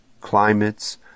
climates